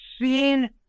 seen